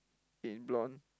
in blonde